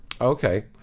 Okay